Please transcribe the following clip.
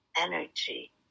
energy